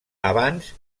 abans